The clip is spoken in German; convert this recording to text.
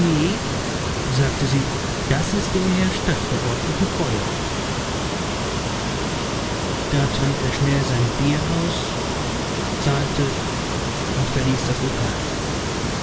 sagte sie das ist der herr stadtverordnete beuer da trank er schnell sein bier aus zahlte und verließ das lokal